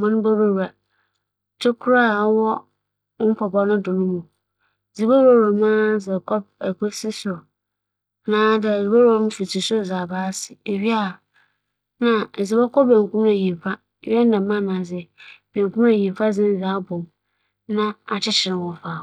mu no ewura ewura ntokura wͻdze atoto mpobowa no ho nyinara mu yie. ͻno ekyir no, ibedzi kan abͻ pͻw kor na ewia a, abͻ no ntokura wͻ nyimfa na abͻ no ntokura wͻ bankum. Dɛm na wͻkyekyer mpabowa ma no mu yɛ dzen a ͻnnkefir wo nan ase atͻ anaa so ͻnnkesansan.